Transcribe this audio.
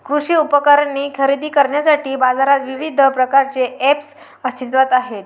कृषी उपकरणे खरेदी करण्यासाठी बाजारात विविध प्रकारचे ऐप्स अस्तित्त्वात आहेत